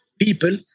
people